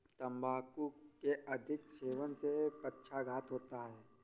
तंबाकू के अधिक सेवन से पक्षाघात होता है